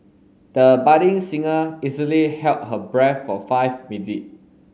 the budding singer easily held her breath for five